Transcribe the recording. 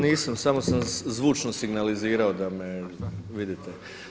Nisam, samo sam zvučno signalizirao da me vidite.